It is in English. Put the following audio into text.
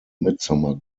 midsummer